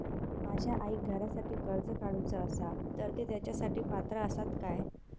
माझ्या आईक घरासाठी कर्ज काढूचा असा तर ती तेच्यासाठी पात्र असात काय?